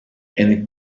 and